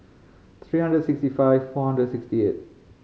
three hundred sixty five four hundred and sixty eight